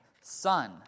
son